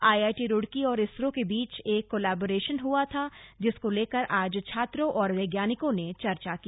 IIT Roorkee और इसरो के बीच एक कोलैबोरेशनन हुआ था जिसको लेकर आज छात्रों और वैज्ञानिकों ने चर्चा की